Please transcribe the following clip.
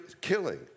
killing